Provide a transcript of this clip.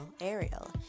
Ariel